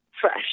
fresh